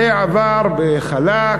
זה עבר חלק,